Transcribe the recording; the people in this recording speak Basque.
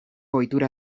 ohitura